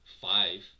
five